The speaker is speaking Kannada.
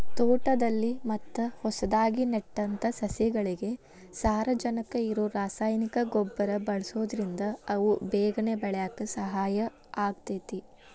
ತೋಟದಲ್ಲಿ ಮತ್ತ ಹೊಸದಾಗಿ ನೆಟ್ಟಂತ ಸಸಿಗಳಿಗೆ ಸಾರಜನಕ ಇರೋ ರಾಸಾಯನಿಕ ಗೊಬ್ಬರ ಬಳ್ಸೋದ್ರಿಂದ ಅವು ಬೇಗನೆ ಬೆಳ್ಯಾಕ ಸಹಾಯ ಆಗ್ತೇತಿ